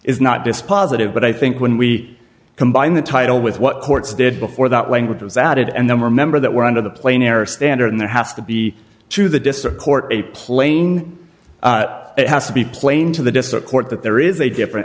is not dispositive but i think when we combine the title with what courts did before that language was added and then remember that we're under the plane error standard and there has to be through the district court a plane but it has to be plain to the district court that there is a different